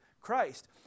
Christ